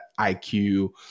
IQ